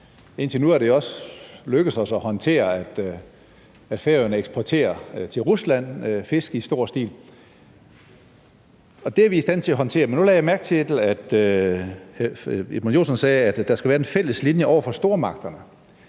indtil nu er det også lykkedes os at håndtere, at Færøerne eksporterer fisk i stor stil til Rusland, men nu lagde jeg mærke til, at hr. Edmund Joensen sagde, at der skal være en fælles linje over for stormagterne,